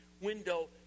window